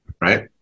Right